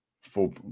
full